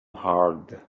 hard